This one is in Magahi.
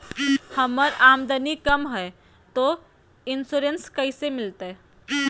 हमर आमदनी कम हय, तो इंसोरेंसबा कैसे मिलते?